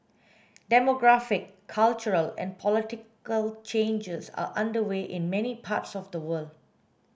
demographic cultural and political changes are underway in many parts of the world